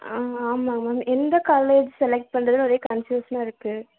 ஆ ஆமாம் மேம் எந்த college select பண்ணுறதுனு ஒரே கன்ஃபியூஷனாக இருக்குது